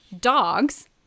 dogs